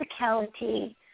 physicality